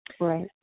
Right